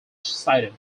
sighted